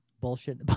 Bullshit